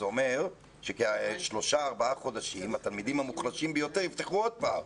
זה אומר שבמשך שלושה-ארבעה חודשים התלמידים המוחלשים ביותר לא יקבלו.